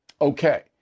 Okay